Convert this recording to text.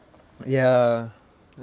ya